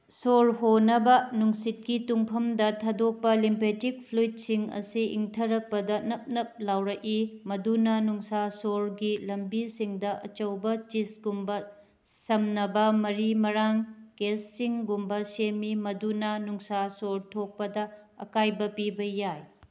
ꯁꯣꯔ ꯍꯣꯟꯅꯕ ꯅꯨꯡꯁꯤꯠꯀꯤ ꯇꯨꯡꯐꯝꯗ ꯊꯥꯗꯣꯛꯄ ꯂꯤꯝꯄꯦꯇꯤꯛ ꯐ꯭ꯂꯨꯏꯠꯁꯤꯡ ꯑꯁꯤ ꯏꯪꯊꯔꯛꯄꯗ ꯅꯞ ꯅꯞ ꯂꯥꯎꯔꯛꯏ ꯃꯗꯨꯅ ꯅꯨꯡꯁꯥ ꯁꯣꯔꯒꯤ ꯂꯝꯕꯤꯁꯤꯡꯗ ꯑꯆꯧꯕ ꯆꯤꯁꯒꯨꯝꯕ ꯁꯝꯅꯕ ꯃꯔꯤ ꯃꯔꯥꯡ ꯀꯦꯁꯁꯤꯡꯒꯨꯝꯕ ꯁꯦꯝꯃꯤ ꯃꯗꯨꯅ ꯅꯨꯡꯁꯥ ꯁꯣꯔ ꯊꯣꯛꯄꯗ ꯑꯀꯥꯏꯕ ꯄꯤꯕ ꯌꯥꯏ